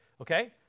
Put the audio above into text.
Okay